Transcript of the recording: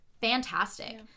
fantastic